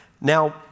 Now